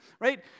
right